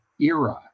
era